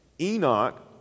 Enoch